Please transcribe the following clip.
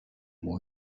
more